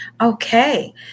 Okay